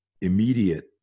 immediate